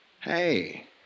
Hey